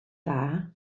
dda